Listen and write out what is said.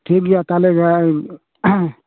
ᱴᱷᱤᱠᱜᱮᱭᱟ ᱛᱟᱦᱮᱞᱮ